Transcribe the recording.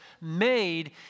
made